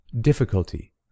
difficulty